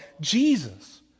Jesus